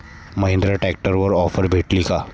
महिंद्रा ट्रॅक्टरवर ऑफर भेटेल का?